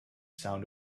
sound